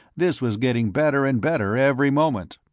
this was getting better and better every moment.